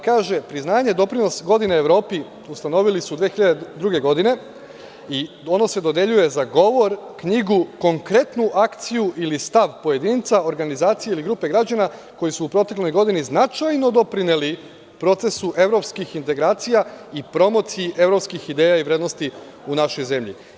Kaže - priznanje doprinos godine Evropi ustanovili su 2002. godine i ono se dodeljuje za govor, knjigu, konkretnu akciju ili stav pojedinca, organizacije, ili grupe građana koji su protekloj godini značajno doprineli procesu evropskih integracija i promociji evropskih ideja i vrednosti u našoj zemlji.